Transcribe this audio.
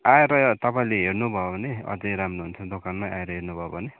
आएर तपाईँले हेर्नु भयो भने अझै राम्रो हुन्छ दोकानमै आएर हेर्नु भयो भने